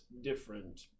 different